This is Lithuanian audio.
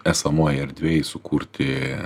esamoj erdvėj sukurti